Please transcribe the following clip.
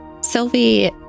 Sylvie